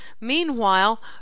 Meanwhile